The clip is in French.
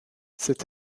cet